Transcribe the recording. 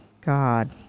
God